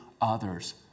others